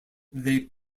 they